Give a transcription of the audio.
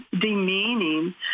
demeaning